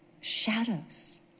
shadows